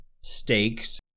steaks